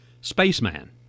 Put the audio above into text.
Spaceman